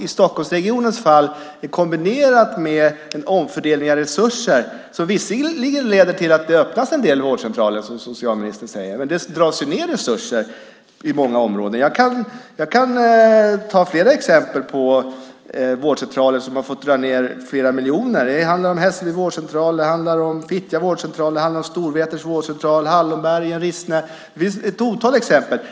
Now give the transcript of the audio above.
I Stockholmsregionens fall är den kombinerad med en omfördelning av resurser som visserligen leder till att det öppnas en del vårdcentraler, som socialministern säger. Men det dras ju ned på resurser i många områden. Jag kan ta flera exempel på vårdcentraler som har fått dra ned med flera miljoner. Det handlar om Hässelby vårdcentral, Fittja vårdcentral, Storvretens vårdcentral, Hallonbergen, Rissne. Det finns ett otal exempel.